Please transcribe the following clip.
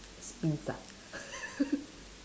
sphinx ah